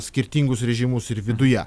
skirtingus režimus ir viduje